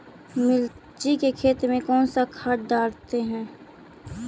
मिर्ची के खेत में कौन सा खाद डालते हैं?